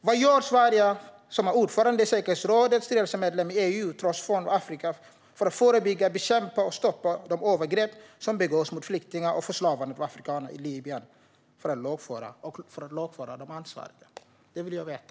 Vad gör Sverige som medlem i säkerhetsrådet och styrelsemedlem i EU Trust Fund for Africa för att förebygga, bekämpa och stoppa de övergrepp som begås mot flyktingar och förslavandet av afrikaner i Libyen och för att lagföra de ansvariga? Det vill jag veta.